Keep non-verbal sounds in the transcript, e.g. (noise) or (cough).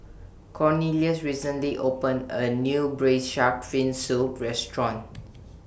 Cornelius recently opened A New Braised Shark Fin Soup Restaurant (noise)